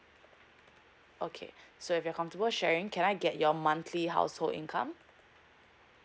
okay so if you're comfortable sharing can I get your monthly household income